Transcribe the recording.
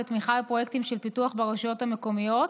לתמיכה בפרויקטים של פיתוח ברשויות המקומיות,